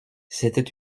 c’était